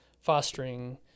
fostering